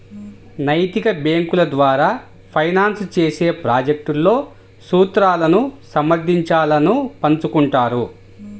నైతిక బ్యేంకుల ద్వారా ఫైనాన్స్ చేసే ప్రాజెక్ట్లలో సూత్రాలను సమర్థించాలను పంచుకుంటారు